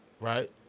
right